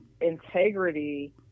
integrity